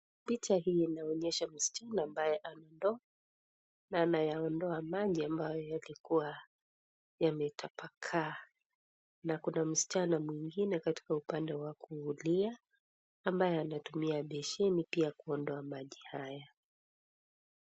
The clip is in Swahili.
Picha hii inaonyesha msichana ambaye ana ndoo na anayaondoa maji ambayo yalikua yametapakaa na kuna msichana mwingine katika upande wa kulia ambaye anatumia besheni pia kuondoa maji haya.